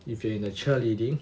if you're in a cheerleading